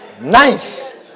Nice